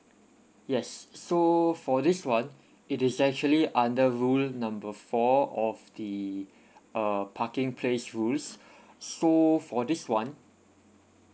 yes so for this one it is actually under rule number four of the uh parking place rules so for this one